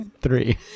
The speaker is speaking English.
three